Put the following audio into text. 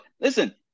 listen